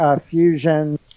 fusion